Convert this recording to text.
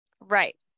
right